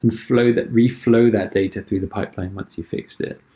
reflow that reflow that data through the pipeline once you fixed it.